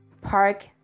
park